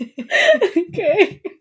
Okay